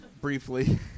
Briefly